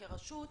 כרשות,